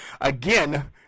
again